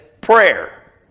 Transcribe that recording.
prayer